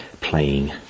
playing